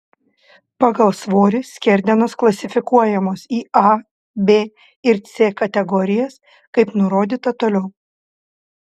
pagal svorį skerdenos klasifikuojamos į a b ir c kategorijas kaip nurodyta toliau